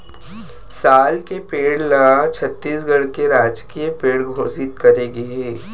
साल के पेड़ ल छत्तीसगढ़ के राजकीय पेड़ घोसित करे गे हे